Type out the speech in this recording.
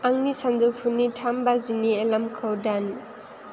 आंनि सानजौफुनि थाम बाजिनि एलार्मखौ दान